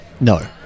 No